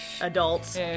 adults